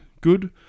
good